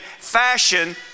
fashion